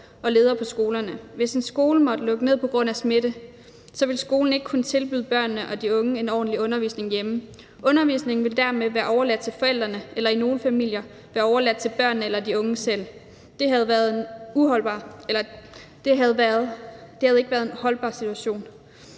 og ledere på skolerne. Hvis en skole havde måttet lukke ned på grund af smitte, ville skolen ikke have kunnet tilbyde børnene og de unge en ordentlig undervisning hjemme. Undervisningen ville dermed være overladt til forældrene eller i nogle familier være overladt til børnene eller de unge selv. Det havde ikke været en holdbar situation,